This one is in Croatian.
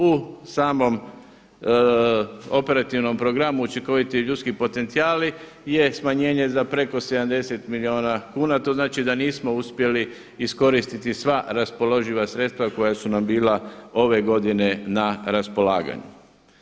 U samom operativnom programu učinkoviti ljudski potencijali je smanjenje za preko 70 milijuna kuna to znači da nismo uspjeli iskoristiti sva raspoloživa sredstva koja su nam bila ove godine na raspolaganju.